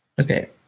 Okay